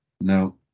No